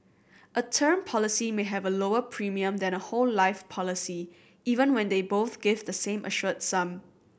a term policy may have a lower premium than a whole life policy even when they both give the same assured sum